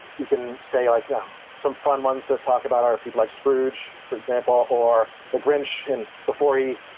you can say, like um some fun ones to talk about are people like scrooge, for example, or the grinch, and before he,